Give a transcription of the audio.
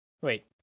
Wait